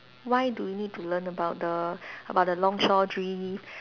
why do you need to learn about the about the longshore drift